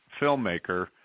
filmmaker